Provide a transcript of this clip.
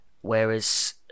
whereas